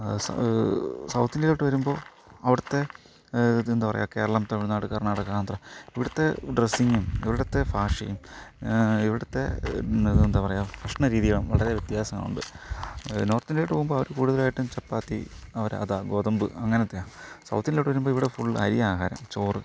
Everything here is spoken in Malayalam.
സൗത്ത് ഇന്ത്യയിലോട്ട് വരുമ്പോൾ അവിടുത്തെ ഇതെന്താ പറയുക കേരളം തമിഴ്നാട് കർണാടക ആന്ധ്ര ഇവിടുത്തെ ഡ്രസ്സിംങ്ങും ഇവിടുത്തെ ഭാഷയും ഇവിടുത്തെ എന്താ പറയുക ഭക്ഷണരീതി വളരെ വ്യത്യാസങ്ങളുണ്ട് നോർത്ത് ഇന്ത്യയിലേക്ക് പോകുമ്പോൾ അവർ കൂടുതലായിട്ടും ചപ്പാത്തി അവര് അതാ ഗോതമ്പ് അങ്ങനത്തെയാണ് സൗത്തിലോട്ട് വരുമ്പോൾ ഇവിടെ ഫുൾ അരിയാണ് ആഹാരം ചോറ്